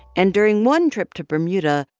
and during one trip to bermuda,